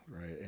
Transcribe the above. right